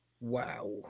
wow